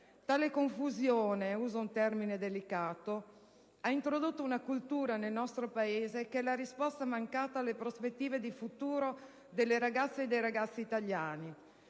Tale confusione - e uso un termine delicato - ha introdotto nel nostro Paese una cultura che è la risposta mancata alle prospettive di futuro delle ragazze e dei ragazzi italiani.